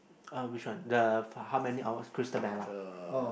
uh which one the for how many hours Christabella oh